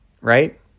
right